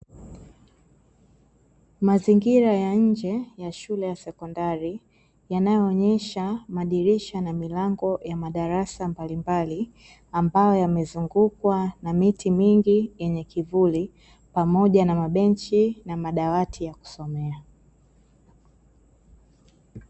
Mazingira ya nje ya shule ya sekondari yanayoonesha madirisha na milango ya madarasa mbalimbali, ambayo yamezungukwa na miti mingi yenye kivuli pamoja na mabenchi na madawati ya kusomea.